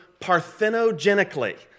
parthenogenically